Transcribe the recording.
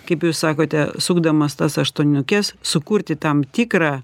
kaip jūs sakote sukdamas tas aštuoniukes sukurti tam tikrą